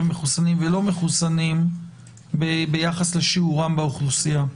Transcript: מחוסנים ולא מחוסנים ביחס לשיעורם באוכלוסייה.